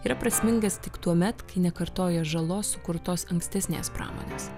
yra prasmingas tik tuomet kai nekartoja žalos sukurtos ankstesnės pramonės